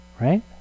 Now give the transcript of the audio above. right